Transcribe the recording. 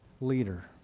leader